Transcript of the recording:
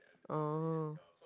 oh